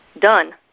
done